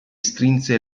strinse